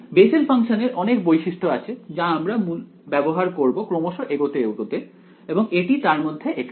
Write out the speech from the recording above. Bessel ফাংশানের অনেক বৈশিষ্ট্য আছে যা আমরা ব্যবহার করব ক্রমশ এগোতে এগোতে এবং এটি তার মধ্যে একটি